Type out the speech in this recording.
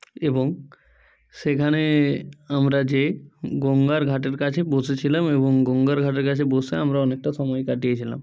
এবং সেখানে আমরা যে গঙ্গার ঘাটের কাছে বসেছিলাম এবং গঙ্গার ঘাটের কাছে বসে আমরা অনেকটা সময় কাটিয়েছিলাম